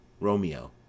Romeo